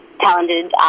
talented